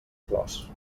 flors